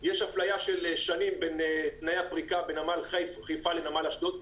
יש הפליה של שנים בתנאי הפריקה בנמל חיפה לעומת נמל אשדוד.